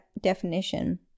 definition